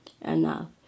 enough